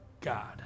God